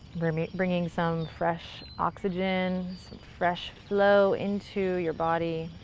bringing bringing some fresh oxygen, some fresh flow into your body